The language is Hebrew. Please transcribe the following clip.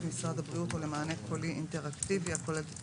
משרד הבריאות או למענה קולי אינטראקטיבי...הכוללת את